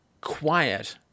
quiet